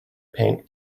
paint